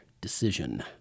decision